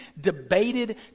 debated